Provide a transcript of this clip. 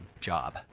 job